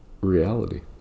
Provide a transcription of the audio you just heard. reality